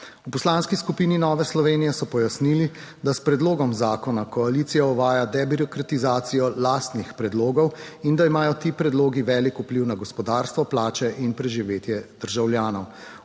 V Poslanski skupini Nove Slovenije so pojasnili, da s predlogom zakona koalicija uvaja debirokratizacijo lastnih predlogov, in da imajo ti predlogi velik vpliv na gospodarstvo, plače in preživetje državljanov.